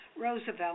Roosevelt